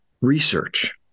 research